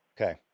Okay